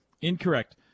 Incorrect